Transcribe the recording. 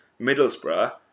Middlesbrough